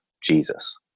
Jesus